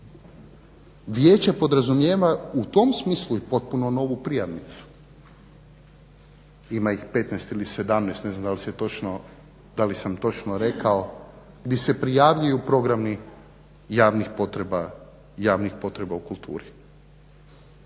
Vijeće podrazumijeva u tom smislu i potpuno novu prijavnicu. Ima ih 15 ili 17 ne znam da li sam točno rekao gdje se prijavljuju programi javnih potreba u kulturi.